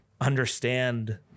understand